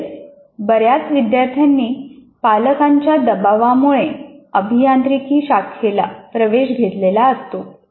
तसेच बऱ्याच विद्यार्थ्यांनी पालकांच्या दबावामुळे अभियांत्रिकी शाखेला प्रवेश घेतलेला असतो